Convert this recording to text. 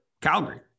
Calgary